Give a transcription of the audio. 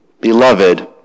Beloved